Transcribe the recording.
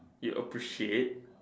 you appreciate